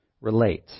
relate